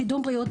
קידום בריאות,